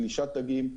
פלישת דגים,